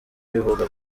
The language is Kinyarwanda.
ivuga